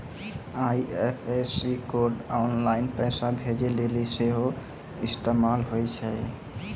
IFSC code online पैसा भेजै लेली सेहो इस्तेमाल होय छै